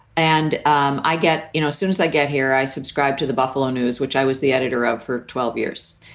and um i get you know, as soon as i get here, i subscribe to the buffalo news, which i was the editor of for twelve years.